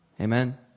Amen